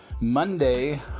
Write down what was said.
Monday